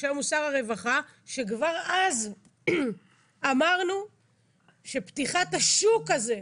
שהיום הוא שר הרווחה שכבר אז אמרנו שפתיחת השוק הזה,